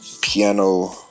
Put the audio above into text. piano